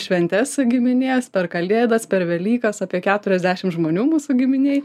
šventes giminės per kalėdas per velykas apie keturiasdešimt žmonių mūsų giminėj